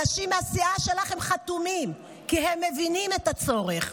אנשים מהסיעה שלכם חתומים, כי הם מבינים את הצורך.